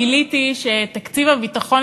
גיליתי שתקציב הביטחון,